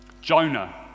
Jonah